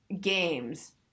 games